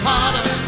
Father